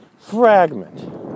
fragment